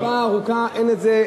תקופה ארוכה אין את זה.